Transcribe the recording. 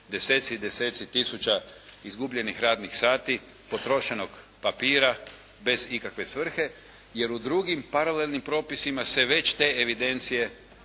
deseci i deseci tisuća izgubljenih radnih sati, potrošenog papira bez ikakve svrhe, jer u drugim paralelnim propisima se već te evidencije